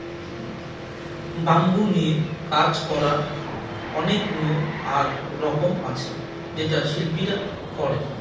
bamboo নিয়ে কাজ করার অনেক নিয়ম আর রকম আছে যেটা শিল্পীরা করে